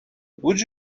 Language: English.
would